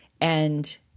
and-